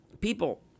people